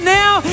now